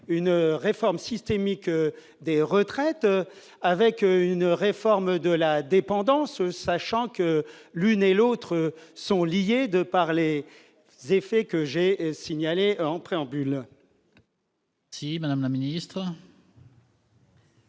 une réforme systémique des retraites avec une réforme de la dépendance, sachant que l'une et l'autre sont liées en raison des effets que j'ai signalés en préambule ? La parole est à Mme la ministre.